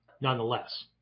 nonetheless